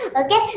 okay